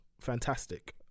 fantastic